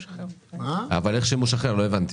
אבל איך שימוש אחר, לא הבנתי.